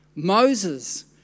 Moses